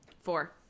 Four